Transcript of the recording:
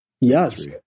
Yes